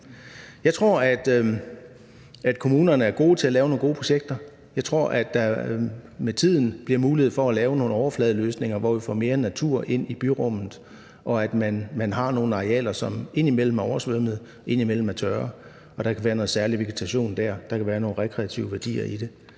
Jeg tror, at kommunerne er gode til at lave nogle gode projekter. Jeg tror, at der med tiden bliver mulighed for at lave nogle overfladeløsninger, hvor vi får mere natur ind i byrummet, og at man har nogle arealer, som indimellem er oversvømmede, indimellem er tørre, og at der kan være noget særlig vegetation der, og der kan være nogle rekreative værdier i det.